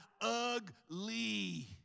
Ugly